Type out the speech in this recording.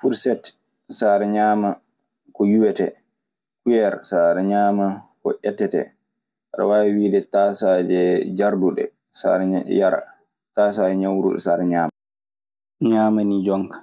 Fursetti sa aɗa ñaama ko yuwetee, kuyer ko ettetee. Aɗa waawi wiide taasaaje jarduɗe sa a'a yara, taasaaje ñawruɗe sa aɗa ñaama. Ñaama nii jonka.